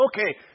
okay